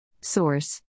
Source